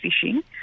fishing